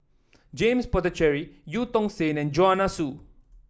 James Puthucheary Eu Tong Sen and Joanne Soo